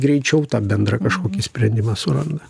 greičiau tą bendrą kažkokį sprendimą suranda